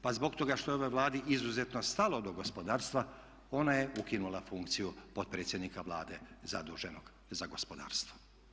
Pa zbog toga što je ovoj Vladi izuzetno stalo do gospodarstva ona je ukinula funkciju potpredsjednika Vlade zaduženog za gospodarstvo.